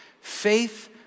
faith